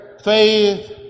faith